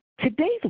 today's